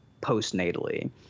postnatally